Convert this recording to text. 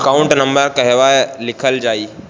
Account number कहवा लिखल जाइ?